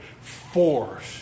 force